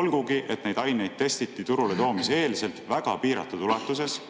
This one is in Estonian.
olgugi et neid aineid testiti turule toomise eel väga piiratud ulatuses